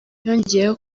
yongeyeho